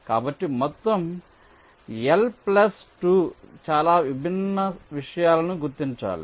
కాబట్టి మొత్తం L plus 2 చాలా విభిన్న విషయాలను గుర్తించాలి